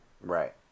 Right